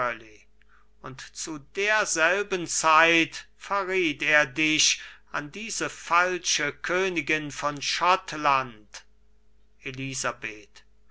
und zu derselben zeit verriet er dich an diese falsche königin von schottland elisabeth